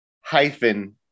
hyphen